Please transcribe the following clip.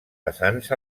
vessants